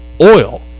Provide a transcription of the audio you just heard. oil